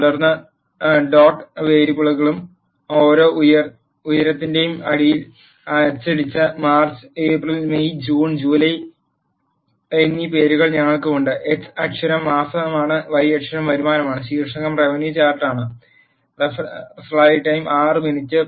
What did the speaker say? തുടർന്ന് ഡോട്ട് വേരിയബിളിൽ ഓരോ ഉയരത്തിന്റെയും അടിയിൽ അച്ചടിച്ച March April May June July എന്നീ പേരുകളിൽ ഞങ്ങൾക്ക് ഉണ്ട് x അക്ഷം മാസമാണ് y അക്ഷം വരുമാനമാണ് ശീർഷകം റവന്യൂ ചാർട്ട് ആണ്